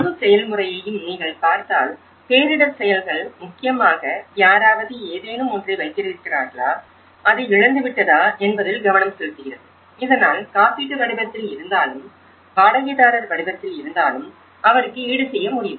முழு செயல்முறையையும் நீங்கள் பார்த்தால் பேரிடர் செயல்கள் முக்கியமாக யாராவது ஏதேனும் ஒன்றை வைத்திருக்கிறார்களா அது இழந்துவிட்டதா என்பதில் கவனம் செலுத்துகிறது இதனால் காப்பீட்டு வடிவத்தில் இருந்தாலும் வாடகைதாரர் வடிவத்தில் இருந்தாலும் அவருக்கு ஈடுசெய்ய முடியும்